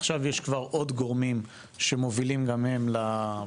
ועכשיו יש כבר עוד גורמים שמובילים גם הם ל"רגע,